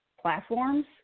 platforms